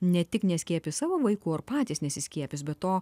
ne tik neskiepys savo vaikų ar patys nesiskiepys be to